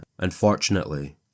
Unfortunately